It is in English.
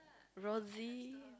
Rosie